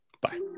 Bye